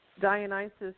Dionysus